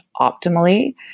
optimally